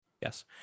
Yes